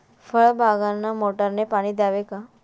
फळबागांना मोटारने पाणी द्यावे का?